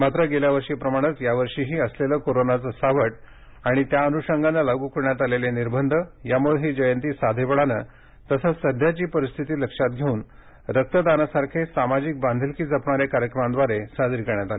मात्र गेल्या वर्षीप्रमाणेच यावर्षीही असलेलं कोरोनाचं सावट आणि त्या अनुषंगानं लागू करण्यात आलेले निर्बंध यामुळे ही जयंती साधेपणानं तसंच सध्याची परिस्थिती लक्षात घेऊन रक्तदानासारखे सामाजिक बांधिलकी जपणाऱ्या कार्यक्रमांद्वारे साजरी करण्यात आली